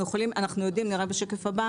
אנחנו יודעים נראה בשקף הבא